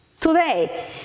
today